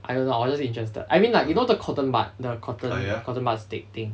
I don't know I was just interested I mean like you know the cotton bud the cotton cotton bud stick thing